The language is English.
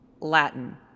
Latin